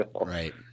right